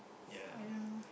I don't know